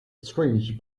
strange